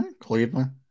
Cleveland